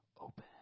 Open